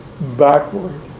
backward